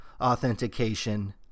authentication